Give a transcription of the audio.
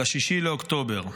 ל-6 באוקטובר.